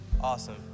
awesome